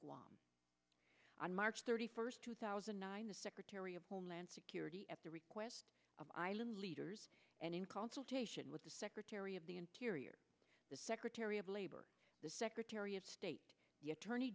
toward on march thirty first two thousand and nine the secretary of homeland security at the request of island leaders and in consultation with the secretary of the interior the secretary of labor the secretary of state the attorney